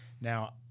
Now